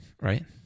right